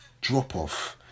drop-off